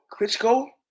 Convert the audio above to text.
Klitschko